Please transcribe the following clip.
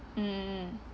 mm